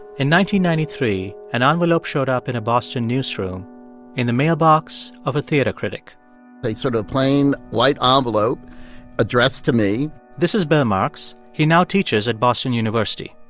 ninety ninety three, an envelope showed up in a boston newsroom in the mailbox of a theater critic a sort of plain, white ah envelope addressed to me this is bill marx. he now teaches at boston university.